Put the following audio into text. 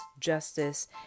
justice